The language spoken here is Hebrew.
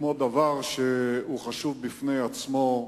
כמו דבר שהוא חשוב בפני עצמו,